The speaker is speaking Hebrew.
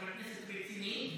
חבר כנסת רציני,